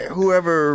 Whoever